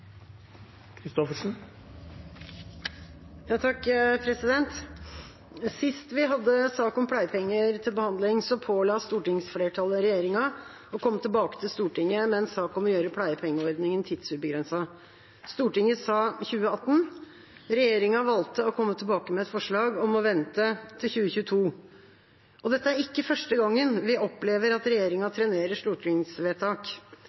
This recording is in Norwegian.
Sist vi hadde en sak om pleiepenger til behandling, påla stortingsflertallet regjeringa å komme tilbake til Stortinget med en sak om å gjøre pleiepengeordningen tidsubegrenset. Stortinget sa 2018 – regjeringa valgte å komme tilbake med et forslag om å vente til 2022. Dette er ikke første gang vi opplever at regjeringa